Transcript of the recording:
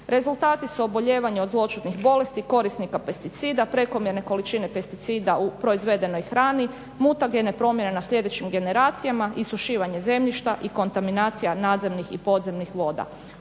Rezultati su obolijevanje od zloćudnih bolesti korisnika pesticida, prekomjerne količina pesticida u proizvedenoj hrani, mutagene promjene na sljedećim generacijama, isušivanje zemljišta i kontaminacija nadzemnih i podzemnih voda.